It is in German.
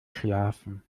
schlafen